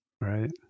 Right